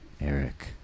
Eric